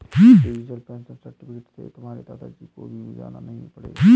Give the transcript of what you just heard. digital pension certificate से तुम्हारे दादा जी को भी जाना नहीं पड़ेगा